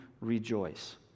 rejoice